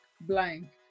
blank